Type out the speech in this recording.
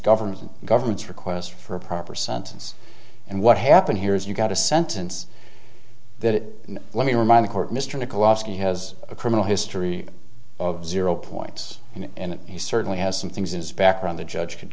government government's request for a proper sentence and what happened here is you've got a sentence that let me remind the court mr nichols has a criminal history of zero points and he certainly has some things in his background the judge could